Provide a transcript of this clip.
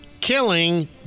Killing